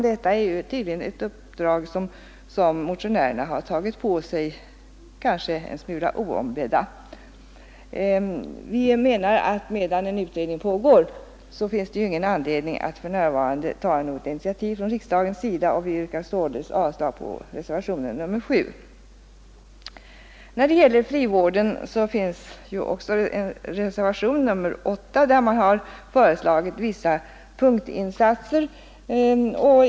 Det är tydligen ett uppdrag som motionärerna har tagit på sig, kanske en smula oombedda. Medan en utredning pågår finns inte någon anledning för riksdagen att för närvarande ta något initiativ, och vi yrkar således avslag på reservationen 7. När det gäller frivården har man i reservationen 8 föreslagit vissa punktinsatser.